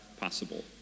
possible